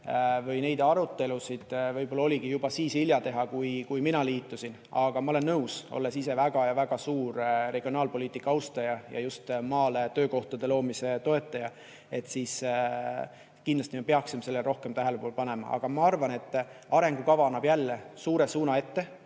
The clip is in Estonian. või neid arutelusid võib-olla oligi juba siis hilja teha, kui mina liitusin, aga ma olen nõus, olles ise väga suur regionaalpoliitika austaja ja just maale töökohtade loomise toetaja, et kindlasti me peaksime sellele rohkem tähelepanu pöörama. Aga ma arvan, et arengukava annab jälle suure suuna ette,